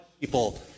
people